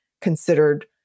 considered